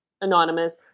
anonymous